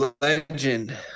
legend